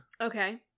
Okay